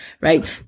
right